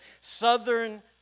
southern